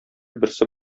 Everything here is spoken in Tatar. берсе